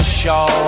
show